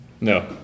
No